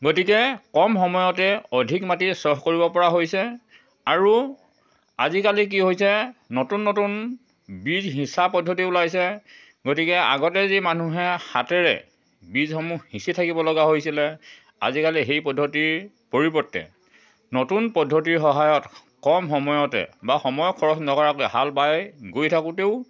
গতিকে কম সময়তে অধিক মাটি চহ কৰিব পৰা হৈছে আৰু আজিকালি কি হৈছে নতুন নতুন বীজ সিঁচা পদ্ধতি ওলাইছে গতিকে আগতে যি মানুহে হাতেৰে বীজসমূহ সিঁচি থাকিবলগা হৈছিলে আজিকালি সেই পদ্ধতিৰ পৰিৱৰ্তে নতুন পদ্ধতিৰ সহায়ত কম সময়তে বা সময় খৰচ নকৰাকৈ হাল বাই গৈ থাকোঁতেও